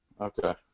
Okay